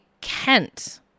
Kent